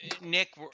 Nick